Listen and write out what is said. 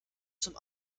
zum